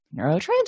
neurotransmitters